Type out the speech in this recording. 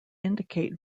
indicate